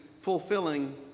fulfilling